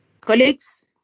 Colleagues